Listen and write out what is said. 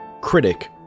Critic